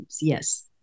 yes